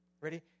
Ready